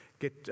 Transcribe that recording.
Get